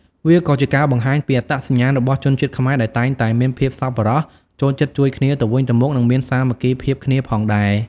វាក៏ជាការបង្ហាញពីអត្តសញ្ញាណរបស់ជនជាតិខ្មែរដែលតែងតែមានភាពសប្បុរស ចូលចិត្តជួយគ្នាទៅវិញទៅមក និងមានសាមគ្គីភាពគ្នាផងដែរ។